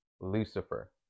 Lucifer